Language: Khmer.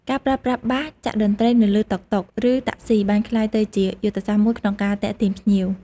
ការប្រើប្រាស់បាសចាក់តន្ត្រីនៅលើតុកតុក ឬតាក់ស៊ីបានក្លាយជាយុទ្ធសាស្ត្រមួយក្នុងការទាក់ទាញភ្ញៀវ។